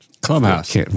clubhouse